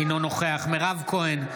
אינו נוכח מירב כהן,